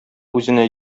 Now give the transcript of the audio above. үзенә